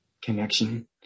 connection